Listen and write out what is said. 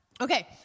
Okay